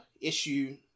issue